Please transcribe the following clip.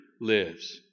lives